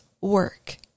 work